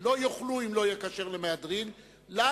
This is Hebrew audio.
יאכלו אם לא יהיה כשר למהדרין לנו,